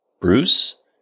Bruce